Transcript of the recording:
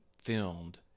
filmed